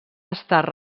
estar